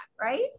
right